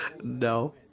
No